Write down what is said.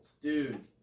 Dude